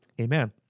Amen